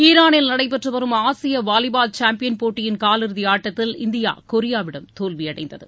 ஈராளில் நடைபெற்றுவரும் ஆசிய volleyball champion போட்டியின் காலிறுதி ஆட்டத்தில் இந்தியா கொரியாவிடம் தோல்வியடைந்தது